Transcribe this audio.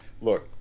Look